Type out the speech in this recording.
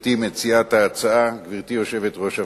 גברתי מציעת ההצעה, גברתי יושבת-ראש הוועדה,